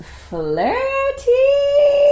flirty